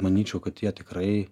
manyčiau kad jie tikrai